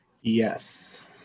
yes